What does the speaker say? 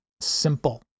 simple